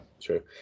true